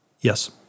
Yes